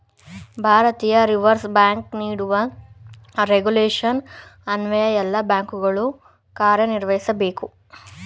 ಭಾರತೀಯ reserve bank ನೀಡುವ regulation ಅನ್ವಯ ಎಲ್ಲ ಬ್ಯಾಂಕುಗಳು ಕಾರ್ಯನಿರ್ವಹಿಸಬೇಕು